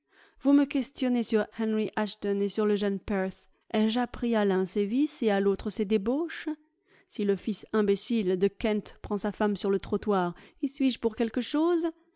vous me questionnez sur henry ashton et sur le jeune perth ai-je appris à l'un ses vices et à l'autre ses débauches si le fils imbécile de kent prend sa femme sur le trottoir y suis-je pour quelque chose